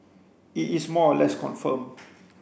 it is more or less confirmed